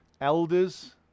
elders